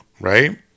right